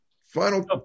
final